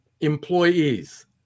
employees